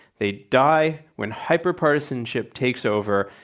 they die when hyper-partisanship takes over.